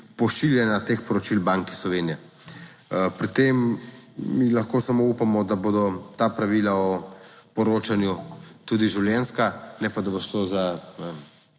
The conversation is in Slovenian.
pošiljanja teh poročil Banki Slovenije. Pri tem mi lahko samo upamo, da bodo ta pravila o poročanju tudi življenjska, ne pa, da bo šlo za